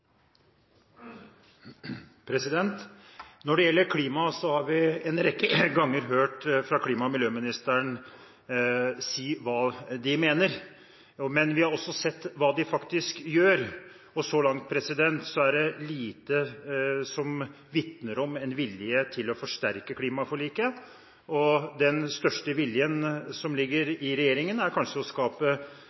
Når det gjelder klima, har vi en rekke ganger hørt klima- og miljøministeren si hva de mener. Men vi har også sett hva de faktisk gjør. Så langt er det lite som vitner om en vilje til å forsterke klimaforliket, og den største viljen i regjeringen er kanskje å skape